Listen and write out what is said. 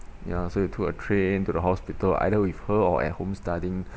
ya so we took a train to the hospital either with her or at home studying